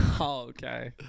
Okay